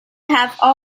have